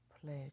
pledge